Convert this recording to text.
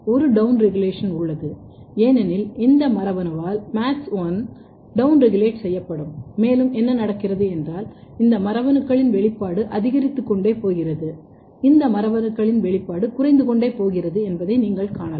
ஒரு down regulation உள்ளது ஏனெனில் இந்த மரபணுவால் MADS1 டவுன் ரெகுலேட் செய்யப்படும் மேலும் என்ன நடக்கிறது என்றால் இந்த மரபணுக்களின் வெளிப்பாடு அதிகரித்துக் கொண்டே போகிறது இந்த மரபணுக்களின் வெளிப்பாடு குறைந்து கொண்டே போகிறது என்பதை நீங்கள் காணலாம்